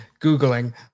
Googling